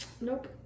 Nope